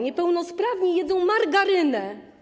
Niepełnosprawni jedzą margarynę.